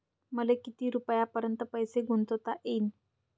मले किती रुपयापर्यंत पैसा गुंतवता येईन?